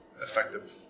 effective